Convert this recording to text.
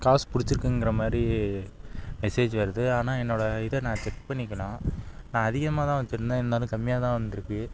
காசு பிடிச்சிருக்குங்கற மாதிரி மெசேஜ் வருது ஆனால் என்னோடய இதை நான் செக் பண்ணிக்கணும் நான் அதிகமாக தான் வெச்சுருந்தேன் இருந்தாலும் கம்மியாக தான் வந்திருக்கு